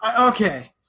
okay